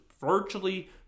virtually